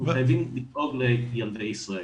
אנחנו חייבים לדאוג לילדי ישראל.